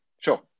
Sure